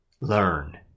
learn